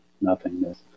nothingness